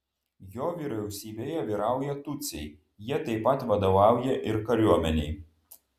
jo vyriausybėje vyrauja tutsiai jie taip pat vadovauja ir kariuomenei